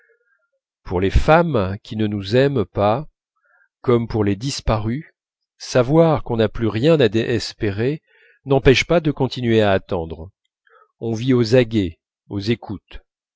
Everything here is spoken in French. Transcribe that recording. pour les femmes qui ne nous aiment pas comme pour les disparus savoir qu'on n'a plus rien à espérer n'empêche pas de continuer à attendre on vit aux aguets aux écoutes